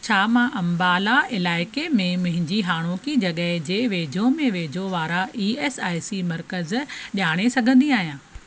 छा मां अंबाला इलाइक़े में मुंहिंजी हाणोकी जॻहि जे वेझो में वेझो वारा ई एस आई सी मर्कज़ ॼाणे सघंदी आहियां